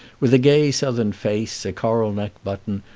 with a gay southern face, a coral neck button,